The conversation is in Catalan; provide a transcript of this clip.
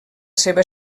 seva